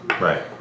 Right